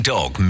Dog